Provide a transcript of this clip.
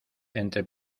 entre